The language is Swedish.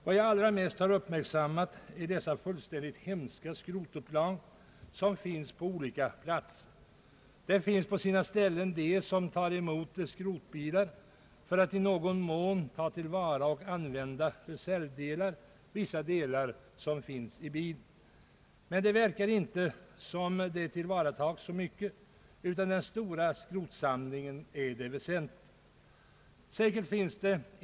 Vad jag allra mest uppmärksammat är de hemska skrotupplag som finns på olika platser. Det finns på sina ställen upplag där man tar emot skrotbilar för att i någon mån ta till vara och som reservdelar använda vissa delar på bilarna. Men det verkar som om inte så mycket tas till vara. Den stora skrotsamlingen är det väsentliga.